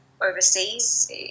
overseas